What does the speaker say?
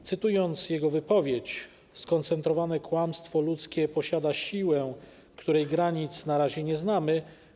Zacytuję jego wypowiedź: „Skoncentrowane kłamstwo ludzkie posiada siłę, której granic na razie nie znamy”